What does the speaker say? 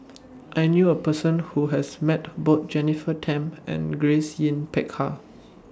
I knew A Person Who has Met Both Jennifer Tham and Grace Yin Peck Ha